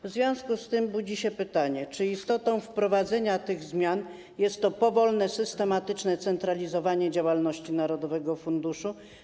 W związku z tym nasuwa się pytanie: Czy istotą wprowadzenia tych zmian jest powolne, systematyczne centralizowanie działalności narodowego funduszu?